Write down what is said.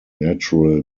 natural